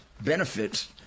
benefits